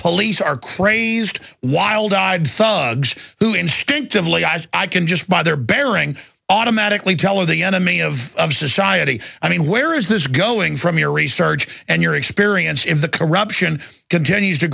police are crazed wild eyed songe who instinctively as i can just by their bearing automatically tell of the enemy of society i mean where is this going from your research and your experience in the corruption continues to